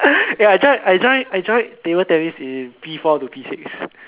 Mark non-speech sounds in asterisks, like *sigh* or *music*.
*noise* eh I join I join I join table tennis in P four to P six